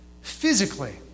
physically